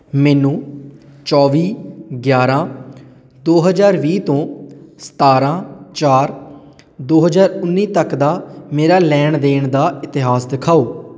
ਮੈਨੂੰ ਚੌਵੀ ਗਿਆਰਾਂ ਦੋ ਹਜ਼ਾਰ ਵੀਹ ਤੋਂ ਸਤਾਰਾਂ ਚਾਰ ਦੋ ਹਜ਼ਾਰ ਉੱਨੀ ਤੱਕ ਦਾ ਮੇਰਾ ਲੈਣ ਦੇਣ ਦਾ ਇਤਿਹਾਸ ਦਿਖਾਓ